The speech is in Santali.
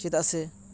ᱪᱮᱫᱟᱜ ᱥᱮ